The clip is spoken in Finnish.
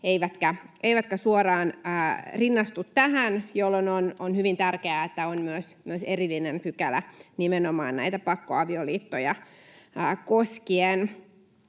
eivätkä suoraan rinnastu tähän, jolloin on hyvin tärkeää, että on myös erillinen pykälä nimenomaan pakkoavioliittoja koskien.